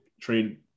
trade